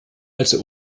also